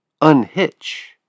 unhitch